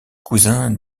cousin